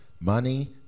Money